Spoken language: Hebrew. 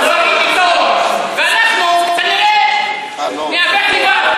ואנחנו כנראה ניאבק לבד.